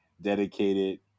dedicated